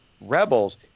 Rebels